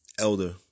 elder